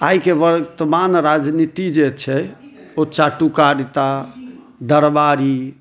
आइके वर्तमान राजनीति जे छै ओ चाटुकारिता दरबारी